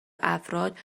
افراد